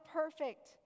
perfect